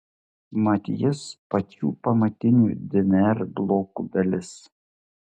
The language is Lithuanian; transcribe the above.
mat jis pačių pamatinių dnr blokų dalis